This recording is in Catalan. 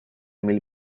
mil